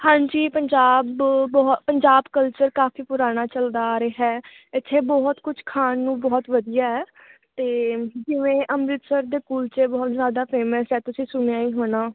ਹਾਂਜੀ ਪੰਜਾਬ ਬੋਹ ਪੰਜਾਬ ਕਲਚਰ ਕਾਫ਼ੀ ਪੁਰਾਣਾ ਚੱਲਦਾ ਆ ਰਿਹਾ ਇੱਥੇ ਬਹੁਤ ਕੁਛ ਖਾਣ ਨੂੰ ਬਹੁਤ ਵਧੀਆ ਹੈ ਅਤੇ ਜਿਵੇਂ ਅੰਮ੍ਰਿਤਸਰ ਦੇ ਕੁਲਚੇ ਬਹੁਤ ਜ਼ਿਆਦਾ ਫੇਮਸ ਆ ਤੁਸੀਂ ਸੁਣਿਆ ਹੀ ਹੋਣਾ